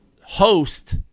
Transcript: host